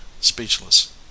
speechless